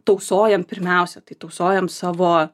tausojam pirmiausia tai tausojam savo